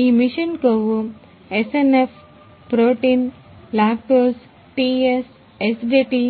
ఈ మెషిన్ కొవ్వు SNF acidity